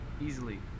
easily